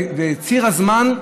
וסד הזמן,